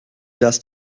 dass